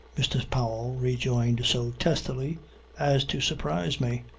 mr. powell rejoined so testily as to surprise me.